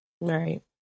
Right